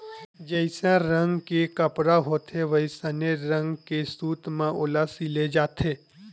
जइसन रंग के कपड़ा होथे वइसने रंग के सूत म ओला सिले जाथे